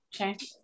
Okay